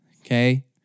Okay